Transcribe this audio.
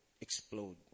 explode